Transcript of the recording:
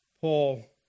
Paul